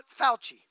Fauci